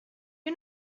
you